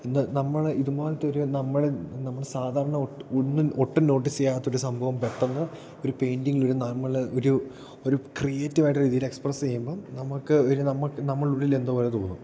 നമ്മൾ ഇതുപോലത്തെ ഒരു നമ്മൾ നമ്മൾ സാധാരണ ഒട്ടും ഒന്നും ഒട്ടും നോട്ടീസ് ചെയ്യാത്ത ഒരു സംഭവം പെട്ടെന്ന് ഒരു പെയിൻറ്ററിങ്ങിൽ ഒരു നമ്മൾ ഒരു ക്രിയേറ്റീവ് ആയിട്ടുള്ള രീതിയിൽ എക്സ്പ്രെസ് ചെയ്യുമ്പം നമുക്ക് ഒരു നമുക്ക് നമ്മളെ ഉള്ളിൽ എന്തോ പോലെ തോന്നും